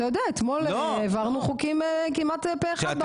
אתה יודע אתמול העברנו חוקים כמעט פה אחד.